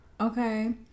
Okay